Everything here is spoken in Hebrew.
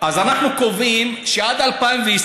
אז אנחנו קובעים שעד 2020,